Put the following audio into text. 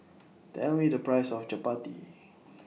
Tell Me The Price of Chapati